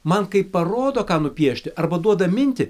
man kai parodo ką nupiešti arba duoda mintį